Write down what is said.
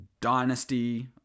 dynasty